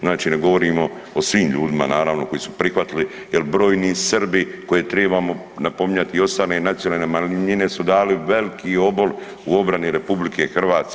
Znači ne govorimo o svim ljudima naravno koji su prihvatili, jer brojni Srbi koje tribamo napominjati i ostale nacionalne manjine su dali veliki obol u obrani RH.